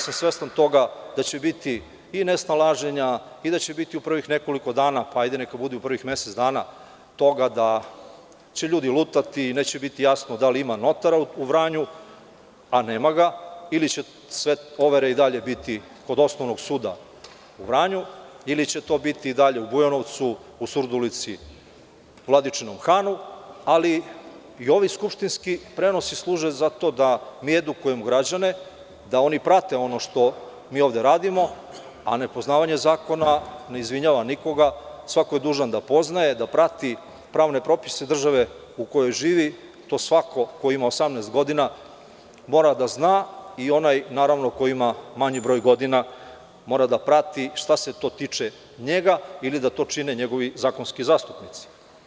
Svestan sam toga da će biti i nesnalaženja i da će biti u prvih nekoliko dana, hajde neka bude i u prvih mesec dana toga da će ljudi lutati i neće im biti jasno da li ima notara u Vranju, a nema ga, ili će sve overe i dalje biti kod Osnovnog suda u Vranju ili će to biti i dalje u Bujanovcu, u Surdulici, Vladičinom Hanu, ali i ovi skupštinski prenosi služe za to da mi edukujemo građane da oni prate ono što mi ovde radimo, a ne poznavanje zakona ne izvinjava nikoga, svako je dužan da poznaje, da prati pravne propise države u kojoj živi, to svako ko ima 18 godina mora da zna i onaj naravno koji ima manji broj godina mora da prati šta se to tiče njega ili da to čine njegovi zakonski zastupnici.